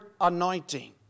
anointing